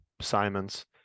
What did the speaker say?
Simons